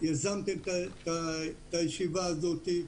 שיזמתם את הישיבה הזאת.